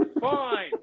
Fine